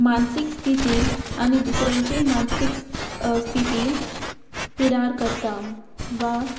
मानसीक स्थिती आनी दुसऱ्यांची मानसीक स्थिती पिडार करता वा